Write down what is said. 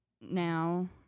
now